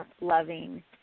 loving